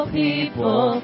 people